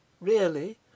Really